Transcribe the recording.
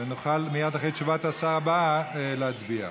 ונוכל מייד אחרי תשובת השר הבאה להצביע.